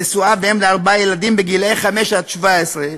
נשואה ואם לארבעה ילדים בגילים חמש עד 17,